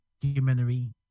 documentary